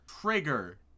Trigger